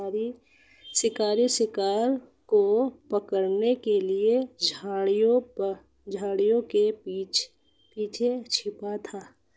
शिकारी शिकार को पकड़ने के लिए झाड़ियों के पीछे छिपा था